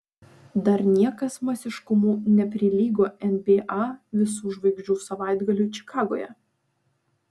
dar niekas masiškumu neprilygo nba visų žvaigždžių savaitgaliui čikagoje